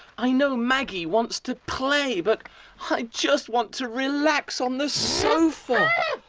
i know maggie wants to play but i just want to relax on the sofa.